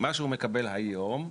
מה שהוא מקבל היום,